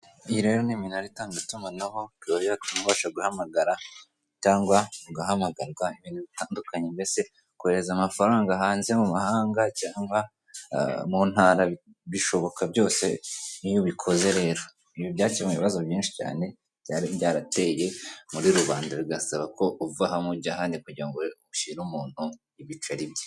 Iyi rero ni iminara itanga itumanaho turabayotuma ubasha guhamagara cyangwa ugahamagara ibintu bitandukanye mbese kohereza amafaranga hanze mu mahanga cyangwa mu ntara bishoboka byose iyo ubikoze rero ibi byakemuye ibibazo byinshi cyane byari byarateye muri rubanda bigasaba ko uva mujya ahandi kugira ngo ushyire umuntu ibiceri bye.